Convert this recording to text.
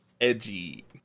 Edgy